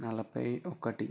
నలభై ఒకటి